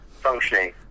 functioning